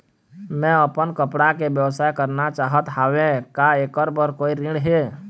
मैं अपन कपड़ा के व्यवसाय करना चाहत हावे का ऐकर बर कोई ऋण हे?